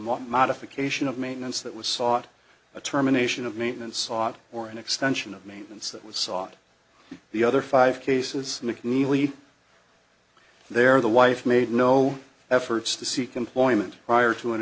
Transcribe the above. modification of maintenance that was sought a terminations of maintenance sought or an extension of maintenance that was sought the other five cases mcneely there the wife made no efforts to seek employment prior to an